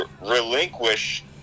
Relinquish